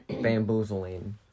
bamboozling